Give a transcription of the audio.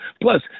Plus